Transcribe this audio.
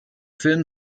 film